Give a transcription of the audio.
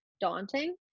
daunting